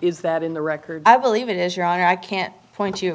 is that in the record i believe it is your honor i can't point you